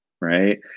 right